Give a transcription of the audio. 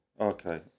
Okay